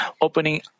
opening